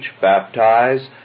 baptize